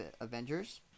Avengers